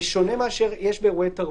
זה שונה מאשר מה שיש באירועי תרבות.